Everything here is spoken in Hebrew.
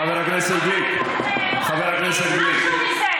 חבר הכנסת גליק, חבר הכנסת גליק,